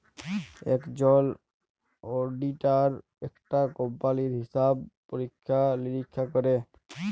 একজল অডিটার একটা কম্পালির হিসাব পরীক্ষা লিরীক্ষা ক্যরে